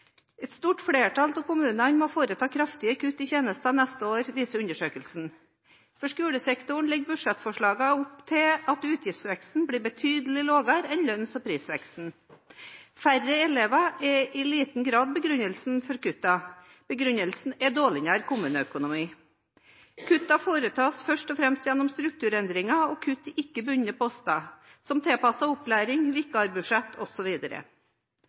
Et stort flertall av kommunene må foreta kraftige kutt i tjenester neste år, viser undersøkelsen. For skolesektoren legger budsjettforslagene opp til at utgiftsveksten blir betydelig lavere enn lønns- og prisveksten. Færre elever er i liten grad begrunnelsen for kuttene, begrunnelsen er dårligere kommuneøkonomi. Kuttene foretas først og fremst gjennom strukturendringer og kutt i ikke bundne poster, som tilpasset opplæring,